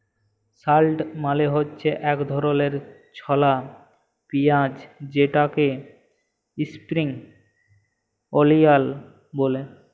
shallot মালে হছে ইক ধরলের ছলা পিয়াঁইজ যেটাকে ইস্প্রিং অলিয়াল ব্যলে